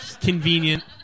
Convenient